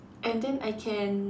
and then I can